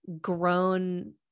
grown